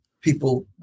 people